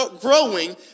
growing